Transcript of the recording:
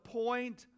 point